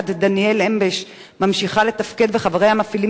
כת דניאל אמבש ממשיכה לתפקד וחבריה מפעילים